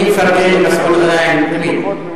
אני מפרגן למסעוד גנאים תמיד.